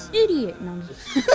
idiot